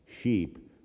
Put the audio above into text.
sheep